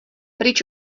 pryč